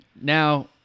now